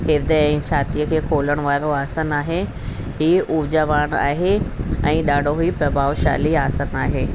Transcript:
हृदय ऐं छातीअ खे खोलण वारो आसन आहे ही ऊर्जावान आहे ऐं ॾाढो ई प्रभावशाली आसन आहे